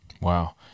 Wow